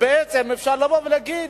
ובעצם אפשר לבוא ולהגיד,